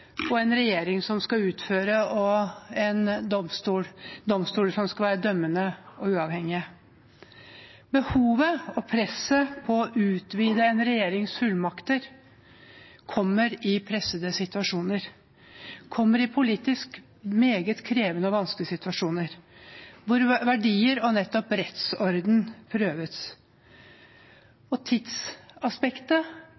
og regjeringen som skal utføre, og domstoler som skal være dømmende og uavhengige. Behovet for og presset på å utvide en regjerings fullmakter kommer i pressede situasjoner, i politisk meget krevende og vanskelige situasjoner, hvor verdier og nettopp rettsorden